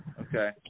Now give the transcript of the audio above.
Okay